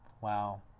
Wow